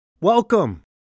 welcome